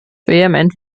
vehement